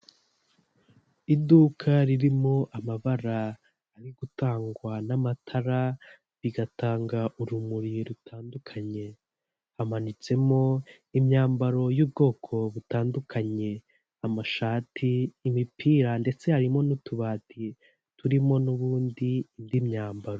Iduka ririmo amabara ari gutangwa n'amatara bigatanga urumuri rutandukanye, hamanitsemo imyambaro y'ubwoko butandukanye; amashati, imipira ndetse harimo n'utubati turimo n'ubundi indi myambaro.